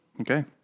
okay